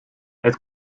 het